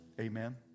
Amen